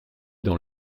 dans